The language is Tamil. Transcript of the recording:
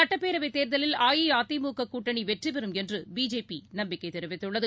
சுட்டப்பேரவைதேர்தலில் அஇஅதிமுககூட்டணிவெற்றிபெறும் என்றுபிஜேபிநம்பிக்கைதெரிவித்துள்ளது